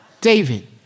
David